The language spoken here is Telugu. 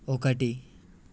ఒకటి